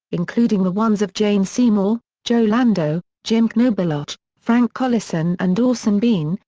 including the ones of jane seymour, joe lando, jim knobeloch, frank collison and orson bean,